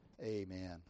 Amen